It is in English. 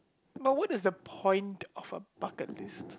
but what is the point of a bucket list